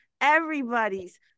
Everybody's